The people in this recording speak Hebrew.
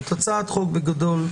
זאת הצעת חוק, בגדול,